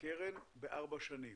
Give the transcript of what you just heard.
בקרן בארבע שנים.